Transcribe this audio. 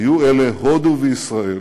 היו אלה הודו וישראל